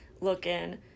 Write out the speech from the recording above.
looking